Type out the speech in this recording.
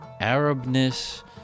Arabness